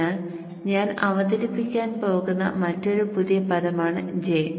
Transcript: അതിനാൽ ഞാൻ അവതരിപ്പിക്കാൻ പോകുന്ന മറ്റൊരു പുതിയ പദമാണ് J